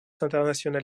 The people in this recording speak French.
international